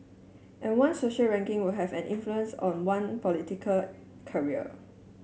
and one's social ranking will have an influence on one political career